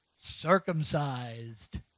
circumcised